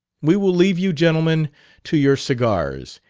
we will leave you gentlemen to your cigars,